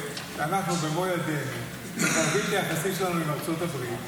שאנחנו במו ידינו מחרבים את היחסים שלנו עם ארצות הברית.